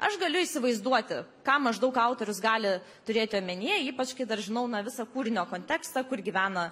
aš galiu įsivaizduoti ką maždaug autorius gali turėti omenyje ypač kai dar žinau visą kūrinio kontekstą kur gyvena